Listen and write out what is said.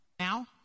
Now